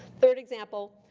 third example,